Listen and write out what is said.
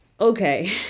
okay